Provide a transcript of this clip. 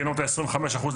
כי אין לנו את ה- 25% לממן,